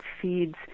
feeds